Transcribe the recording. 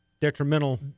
detrimental